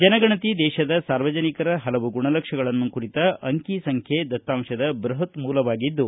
ಜನಗಣತಿ ದೇಶದ ಸಾರ್ವಜನಿಕರ ಹಲವು ಗುಣಲಕ್ಷಣಗಳನ್ನು ಕುರಿತ ಅಂಕಿಸಂಖ್ಯೆ ದತ್ತಾಂಶದ ಬೃಹತ್ ಮೂಲವಾಗಿದ್ದು